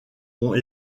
ont